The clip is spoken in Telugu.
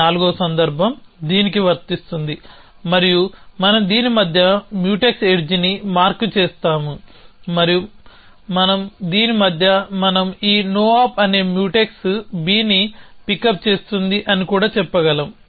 ఈ నాల్గవ సందర్భం దీనికి వర్తిస్తుంది మరియు మనం దీని మధ్య మ్యూటెక్స్ ఎడ్జ్ని మార్క్ చేస్తాము మరియు దీని మధ్య మనం ఈ no op అనే మ్యూటెక్స్ bని పికప్ చేస్తుంది అని కూడా చెప్పగలం